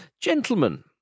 gentlemen